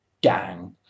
gang